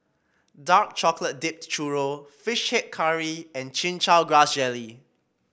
Dark Chocolate Dipped Churro fish head curry and Chin Chow Grass Jelly